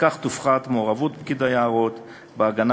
ובכך תופחת מעורבות פקיד היערות בהגנה